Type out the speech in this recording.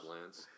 Lance